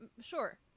sure